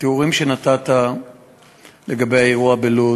התיאורים שנתת לגבי האירוע בלוד,